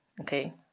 okay